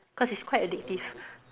cause it's quite addictive